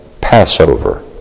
Passover